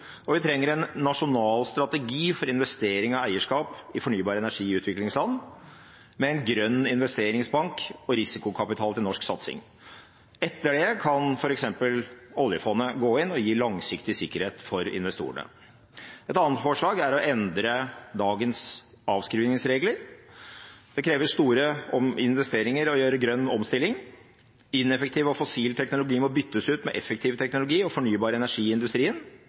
og vi trenger en nasjonal strategi for investering av eierskap i fornybar energi i utviklingsland, med en grønn investeringsbank og risikokapital til norsk satsing. Etter det kan f.eks. oljefondet gå inn og gi langsiktig sikkerhet for investorene. Et annet forslag er å endre dagens avskrivningsregler. Det krever store investeringer å gjennomføre en grønn omstilling. Ineffektiv og fossil teknologi må byttes ut med effektiv teknologi og